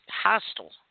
hostile